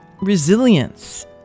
resilience